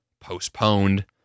postponed